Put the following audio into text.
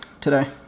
today